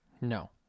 no